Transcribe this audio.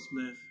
Smith